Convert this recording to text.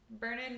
burning